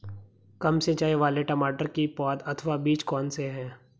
कम सिंचाई वाले टमाटर की पौध अथवा बीज कौन से हैं?